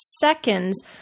seconds